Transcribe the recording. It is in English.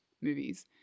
movies